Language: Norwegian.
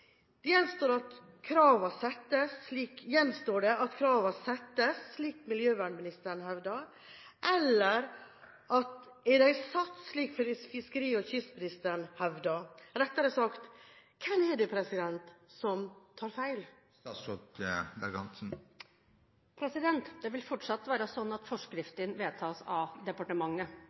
innløysing.» Gjenstår det at kravene settes, slik miljøvernministeren hevder, eller er de satt, slik fiskeri- og kystministeren hevder? Rettere sagt: Hvem er det som tar feil? Det vil fortsatt være sånn at forskriftene vedtas av departementet,